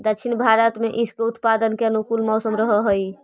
दक्षिण भारत में इसके उत्पादन के अनुकूल मौसम रहअ हई